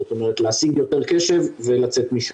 זאת אומרת להשיג יותר קשב ולצאת יותר משם.